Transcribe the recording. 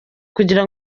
kugira